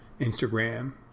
Instagram